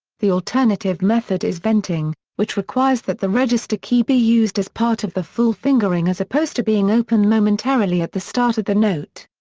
the alternative method is venting, which requires that the register key be used as part of the full fingering as opposed to being open momentarily at the start of the note.